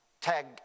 tag